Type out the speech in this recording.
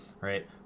right